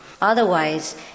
Otherwise